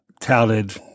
touted